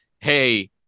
hey